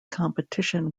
competition